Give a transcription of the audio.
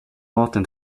maten